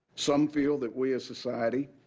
some feel that we, as society,